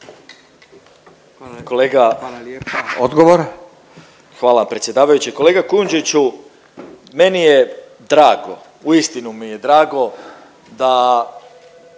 Marin (MOST)** Hvala predsjedavajući. Kolega Kujundžiću meni je drago, uistinu mi je drago da